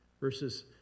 verses